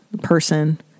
person